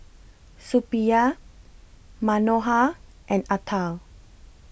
Suppiah Manohar and Atal